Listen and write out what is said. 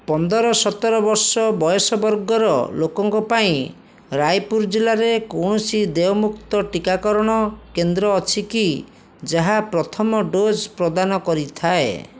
ପନ୍ଦର ସତର ବର୍ଷ ବୟସ ବର୍ଗର ଲୋକଙ୍କ ପାଇଁ ରାୟପୁର ଜିଲ୍ଲାରେ କୌଣସି ଦେୟମୁକ୍ତ ଟିକାକରଣ କେନ୍ଦ୍ର ଅଛି କି ଯାହା ପ୍ରଥମ ଡୋଜ୍ ପ୍ରଦାନ କରିଥାଏ